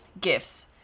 gifts